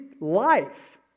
life